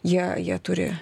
jie jie turi